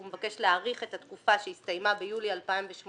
הוא מבקש להאריך את התקופה שהסתיימה ביולי 2018